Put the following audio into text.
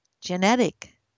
genetic